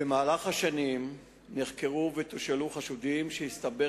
במהלך השנים נחקרו ותושאלו חשודים שהסתבר